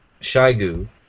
Shigu